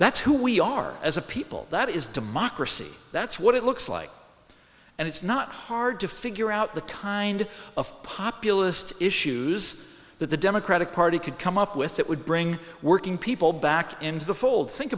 that's who we are as a people that is democracy that's what it looks like and it's not hard to figure out the kind of populist issues that the democratic party could come up with that would bring working people back into the